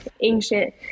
ancient